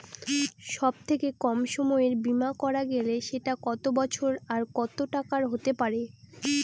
সব থেকে কম সময়ের বীমা করা গেলে সেটা কত বছর আর কত টাকার হতে পারে?